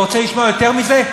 אתה רוצה לשמוע יותר מזה?